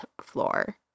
floor